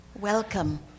Welcome